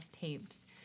tapes